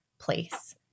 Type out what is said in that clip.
place